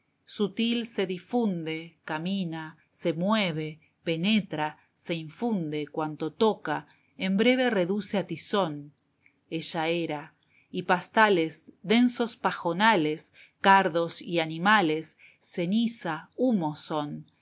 sutil se difunde camina se mueve penetra se infunde cuanto toca en breve reduce a tizón ella era y pastales densos pajonales cardos y animales ceniza humo son